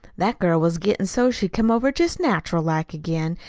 that girl was gettin' so she come over jest natural-like again,